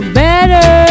better